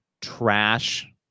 trash